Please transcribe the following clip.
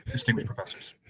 distinguished professors?